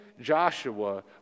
Joshua